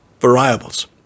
variables